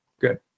good